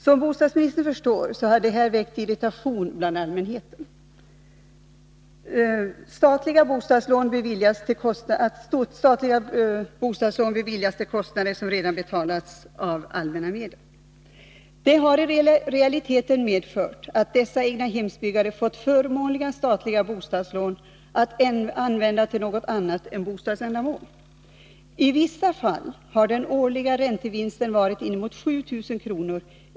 Som bostadsministern förstår har det väckt irritation bland allmänheten att statliga bostadslån beviljas till kostnader som redan betalats av allmänna medel. Det har i realiteten medfört att dessa egnahemsbyggare fått förmånliga statliga bostadslån att använda till något annat än bostadsändamål. I vissa fall har den årliga räntevinsten varit närmare 7 000 kr.